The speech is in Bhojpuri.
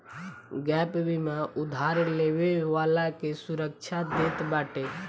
गैप बीमा उधार लेवे वाला के सुरक्षा देत बाटे